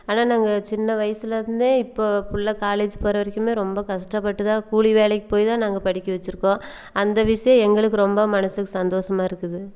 ஆனால் நாங்கள் சின்ன வயசுலிருந்தே இப்போது பிள்ள காலேஜ் போகிற வரைக்குமே ரொம்ப கஷ்டப்பட்டு தான் கூலி வேலைக்கு போய் தான் நாங்கள் படிக்க வெச்சுருக்கோம் அந்த விஷயம் எங்களுக்கு ரொம்ப மனதுக்கு சந்தோஷமா இருக்குது